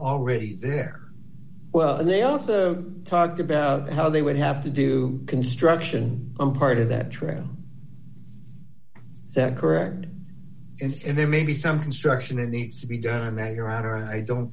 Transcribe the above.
already there well they also talked about how they would have to do construction on part of that trail is that correct and there may be some construction and needs to be done on that your honor i don't